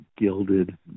gilded